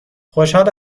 خوشحال